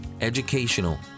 educational